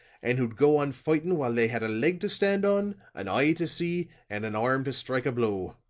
and who'd go on fighting while they had a leg to stand on, an eye to see, and an arm to strike a blow.